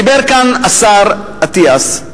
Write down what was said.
דיבר כאן השר אטיאס.